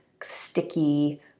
sticky